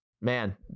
man